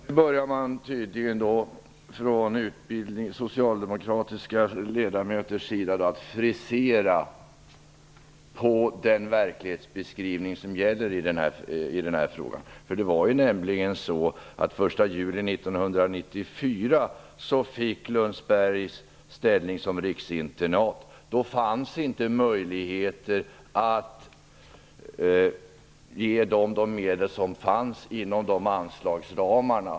Herr talman! Nu börjar tydligen de socialdemokratiska ledamöterna att frisera på den verklighetsbeskrivning som gäller i den här frågan. Den 1 juli 1994 fick ju Lundsberg ställning som riksinternat. Då fanns inte möjligheter att ge skolan de medel som fanns inom anslagsramarna.